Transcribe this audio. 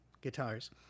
guitars